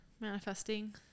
Manifesting